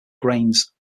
grains